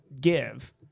give